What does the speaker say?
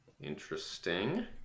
interesting